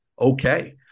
okay